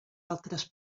altres